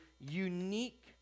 unique